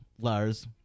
Lars